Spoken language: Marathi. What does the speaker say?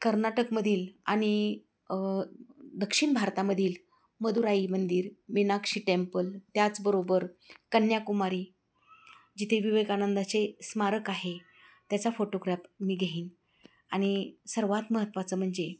कर्नाटकमधील आणि दक्षिण भारतामधील मदुराई मंदिर मीनाक्षी टेम्पल त्याचबरोबर कन्याकुमारी जिथे विवेकानंदाचे स्मारक आहे त्याचा फोटोग्रॅफ मी घेईन आणि सर्वात महत्त्वाचं म्हणजे